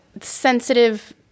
sensitive